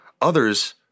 Others